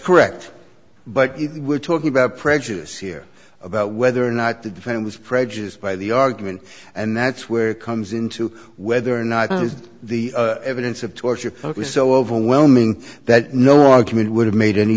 correct but even we're talking about prejudice here about whether or not the van was prejudiced by the argument and that's where it comes in to whether or not the evidence of torture ok so overwhelming that no argument would have made any